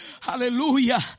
Hallelujah